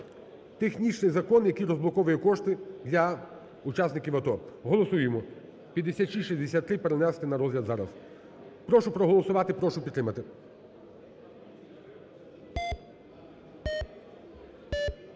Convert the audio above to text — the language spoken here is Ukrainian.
технічний закон, який розблоковує кошти для учасників АТО. 5663 перенести на розгляд зараз. Прошу проголосувати, прошу підтримати.